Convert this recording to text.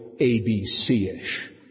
ABC-ish